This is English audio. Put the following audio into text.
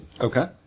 Okay